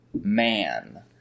man